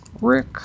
Rick